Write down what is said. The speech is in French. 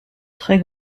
très